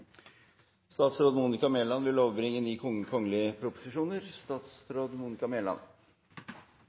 Statsråd Monica Mæland vil overbringe ni kgl. proposisjoner